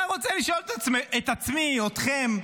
עכשיו אני רוצה לשאול את עצמי, אתכם,